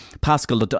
Pascal